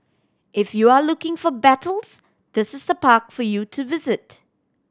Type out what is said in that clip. if you're looking for battles this is the park for you to visit